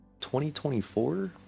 2024